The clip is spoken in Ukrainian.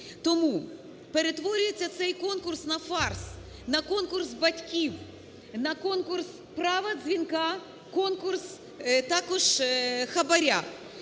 Тому перетворюється цей конкурс на фарс, на конкурс батьків, на конкурс права дзвінка, конкурс також хабара.